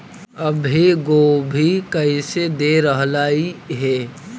अभी गोभी कैसे दे रहलई हे?